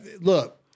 Look